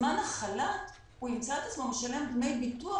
בזמן החל"ת הוא ימצא את עצמו משלם דמי ביטוח